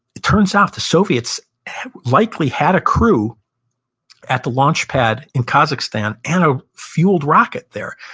it turns out, the soviets likely had a crew at the launch paid in kazakhstan and a fueled rocket there.